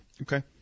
Okay